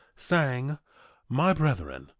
saying my brethren,